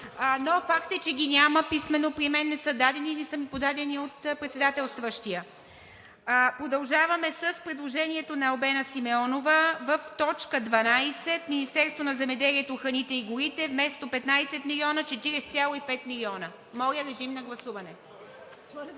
но факт е, че ги няма писмено при мен, не са дадени или са ми подадени от председателстващия. Продължаваме с предложението на Албена Симеонова в т. 12 – Министерство на земеделието, храните и горите вместо 15 млн. лв. – 40,5 млн. лв. Моля, режим на гласуване.